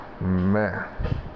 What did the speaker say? Man